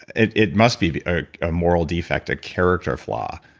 it it must be be ah a moral defect, a character flaw,